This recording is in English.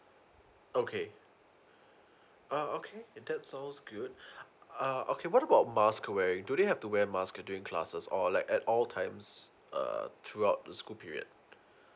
okay oh okay that sounds good uh okay what about mask wearing do they have to wear mask doing classes or like at all times uh throughout the school period